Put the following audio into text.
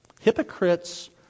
hypocrites